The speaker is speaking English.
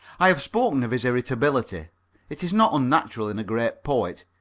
i have spoken of his irritability it is not unnatural in a great poet.